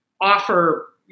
offer